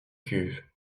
cuves